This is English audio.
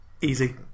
Easy